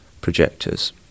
projectors